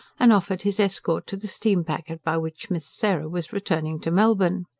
and offered his escort to the steam-packet by which miss sarah was returning to melbourne.